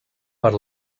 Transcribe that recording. per